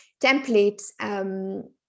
templates